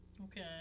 Okay